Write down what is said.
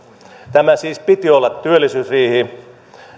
tämän siis piti olla työllisyysriihi